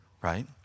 Right